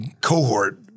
cohort